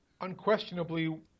unquestionably